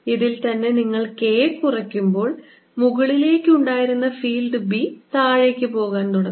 ഇതിൽ തന്നെ നിങ്ങൾ K കുറയ്ക്കുമ്പോൾ മുകളിലേക്ക് ഉണ്ടായിരുന്ന ഫീൽഡ് B താഴേക്ക് പോകാൻ തുടങ്ങും